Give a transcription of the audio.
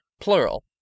Plural